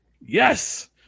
Yes